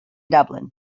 dublin